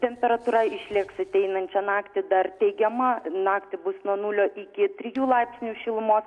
temperatūra išliks ateinančią naktį dar teigiama naktį bus nuo nulio iki trijų laipsnių šilumos